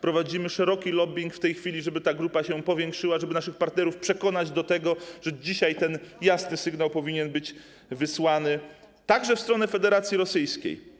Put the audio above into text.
Prowadzimy szeroki lobbing w tej chwili, żeby ta grupa się powiększyła, żeby naszych partnerów przekonać do tego, że dzisiaj jasny sygnał powinien być wysłany także w stronę Federacji Rosyjskiej.